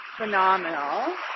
phenomenal